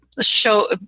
show